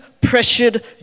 pressured